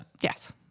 Yes